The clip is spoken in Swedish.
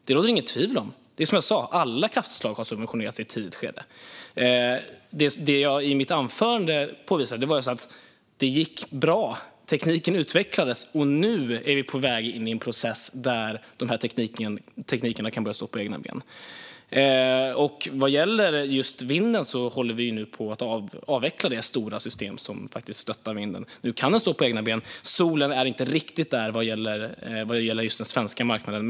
Det råder inget tvivel om det. Som jag sa har alla kraftslag subventionerats i ett tidigt skede. Det som jag påvisade i mitt anförande var just att det gick bra och att tekniken utvecklades. Nu är vi på väg in i en process där dessa tekniker kan börja stå på egna ben. När det gäller just vindkraften håller vi nu på att avveckla det stora system som stöttar den. Nu kan den stå på egna ben. När det gäller solkraften är man inte riktigt där i fråga om just den svenska marknaden.